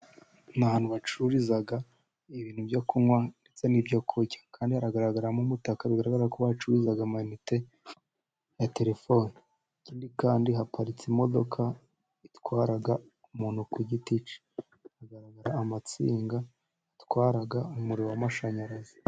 Ni ahantu bacururiza ibintu byo kunywa ndetse n'ibyo kurya. Kandi hagaragaramo umutaka bigaragara ko bacuruza amayinite ya terefone. Ikindi kandi haparitse imodoka itwara umuntu ku giti cye. Hagaragara amatsinga atwara umuriro w'amashanyarazi.